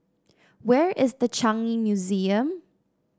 where is The Changi Museum